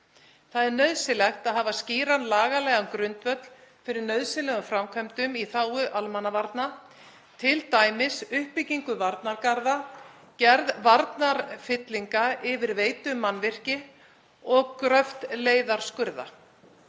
Það er nauðsynlegt að hafa skýran lagalegan grundvöll fyrir nauðsynlegum framkvæmdum í þágu almannavarna, t.d. uppbyggingu varnargarða, gerð varnarfyllinga yfir veitumannvirki og gröft leiðarskurða.